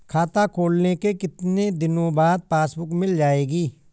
खाता खोलने के कितनी दिनो बाद पासबुक मिल जाएगी?